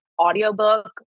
audiobook